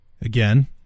Again